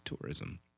tourism